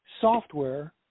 software